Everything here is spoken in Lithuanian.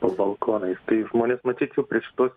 po balkonais tai žmonės matyt jau prie šitos